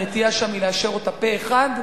הנטייה שם היא לאשר אותה פה אחד.